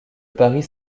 paris